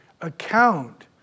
account